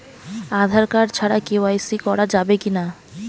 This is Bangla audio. আঁধার কার্ড ছাড়া কে.ওয়াই.সি করা যাবে কি না?